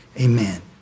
amen